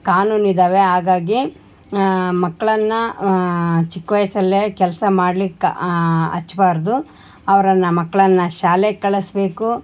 ಕಾನೂನು ಇದಾವೆ ಹಾಗಾಗಿ ಮಕ್ಳನ್ನು ಚಿಕ್ಕ ವಯಸ್ಸಲ್ಲೆ ಕೆಲಸ ಮಾಡ್ಲಿಕ್ಕೆ ಹಚ್ಬಾರ್ದು ಅವ್ರನ್ನು ಮಕ್ಳನ್ನು ಶಾಲೆಗೆ ಕಳಿಸ್ಬೇಕು